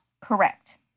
Correct